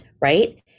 right